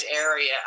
area